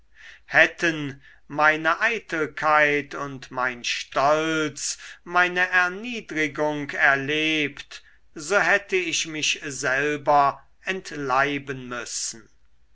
hätten meine eitelkeit und mein stolz meine erniedrigung erlebt so hätte ich mich selber entleiben müssen